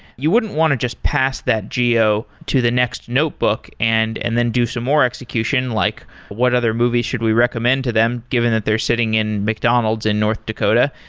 you wouldn't want to just pass that geo to the next notebook and and then do some more execution, like what other movie should we recommend to them given that they're sitting in mcdonalds in north dakota.